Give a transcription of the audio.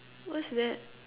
what's that